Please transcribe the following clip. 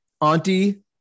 Auntie